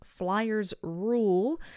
FlyersRule